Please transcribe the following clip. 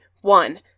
one